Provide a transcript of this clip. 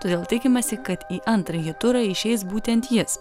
todėl tikimasi kad į antrąjį turą išeis būtent jis